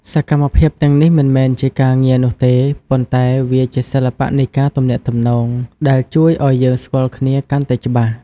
សកម្មភាពទាំងនេះមិនមែនជាការងារនោះទេ ប៉ុន្តែវាជាសិល្បៈនៃការទំនាក់ទំនងដែលជួយឱ្យយើងស្គាល់គ្នាកាន់តែច្បាស់។